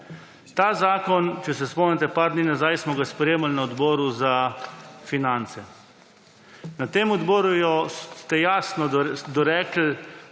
Ta zakon, če se spomnite par dni nazaj, smo ga sprejemali na Odboru za finance. Na tem odboru ste jasno dorekli,